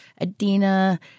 Adina